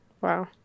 Wow